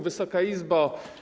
Wysoka Izbo!